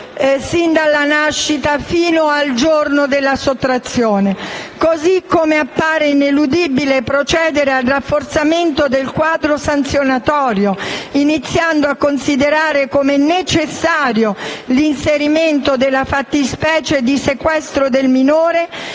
cura dalla nascita fino al giorno della sottrazione. Allo stesso modo appare ineludibile procedere al rafforzamento del quadro sanzionatorio, iniziando a considerare come necessario l'inserimento della fattispecie di sequestro del minore